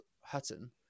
Hutton